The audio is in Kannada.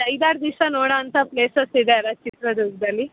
ಐದು ಆರು ದಿವ್ಸ ನೋಡುವಂತ ಪ್ಲೇಸಸ್ ಇದೆ ಅಲ್ಲ ಚಿತ್ರದುರ್ಗದಲ್ಲಿ